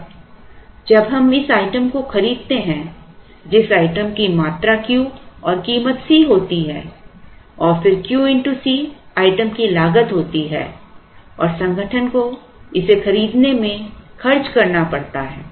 अब जब हम इस आइटम को खरीदते हैं जिस आइटम की मात्रा Q और कीमत C होती है और फिर Q X C आइटम की लागत होती है और संगठन को इसे खरीदने में खर्च करना पड़ता है